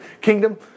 kingdom